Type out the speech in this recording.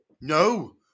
No